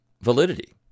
validity